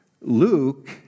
Luke